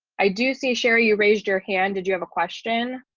i do see sherry, you raised your hand. did you have a question?